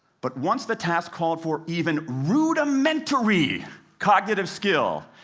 but once the task called for even rudimentary cognitive skill,